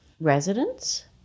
residents